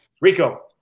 Rico